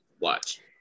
Watch